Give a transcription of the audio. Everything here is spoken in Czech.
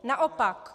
Naopak.